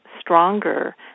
stronger